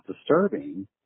disturbing